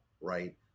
right